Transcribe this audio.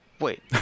Wait